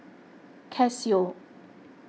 Casio